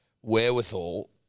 Wherewithal